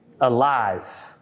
alive